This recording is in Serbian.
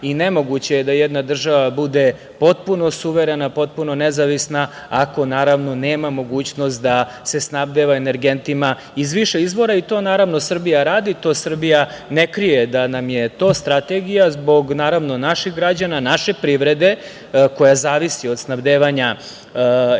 i nemoguće je da jedna država bude potpuno suverena, potpuno nezavisna ako nema mogućnost da se snabdeva energentima iz više izvora i to naravno Srbija radi, Srbija ne krije da nam je to strategija, zbog naših građana, naše privrede koja zavisi od snabdevanja energentima